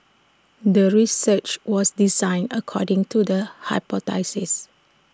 the research was designed according to the hypothesis